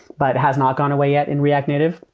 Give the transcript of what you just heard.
but has not gone away yet in react native.